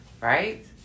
Right